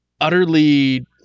utterly